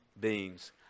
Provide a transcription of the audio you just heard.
beings